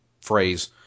phrase